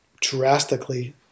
drastically